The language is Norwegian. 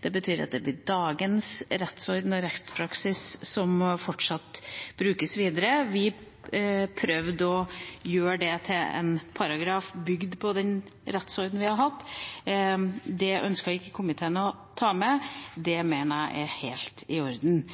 Det betyr at dagens rettsorden og rettspraksis skal brukes videre. Vi prøvde å gjøre det til en paragraf bygd på den rettsorden vi har hatt. Det ønsket ikke komiteen å ta med. Det mener jeg er helt i orden.